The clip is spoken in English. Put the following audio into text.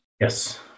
Yes